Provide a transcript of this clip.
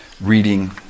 reading